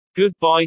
Goodbye